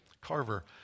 Carver